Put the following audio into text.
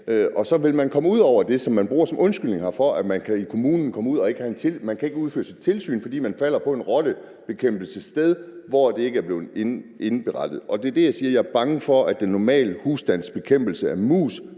Så vil man komme ud over det, som man bruger som undskyldning for, at man ikke kan udføre sit tilsyn, fordi man falder på, at et rottebekæmpelsested ikke er blevet indberettet. Det er derfor, jeg siger, at jeg er bange for, at den normale husstandsbekæmpelse af mus